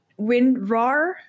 WinRAR